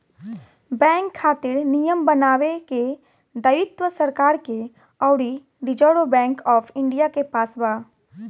bank खातिर नियम बनावे के दायित्व सरकार के अउरी रिजर्व बैंक ऑफ इंडिया के पास बा